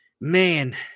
Man